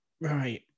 Right